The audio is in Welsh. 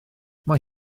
mae